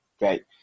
right